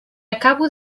acabo